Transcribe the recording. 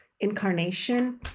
incarnation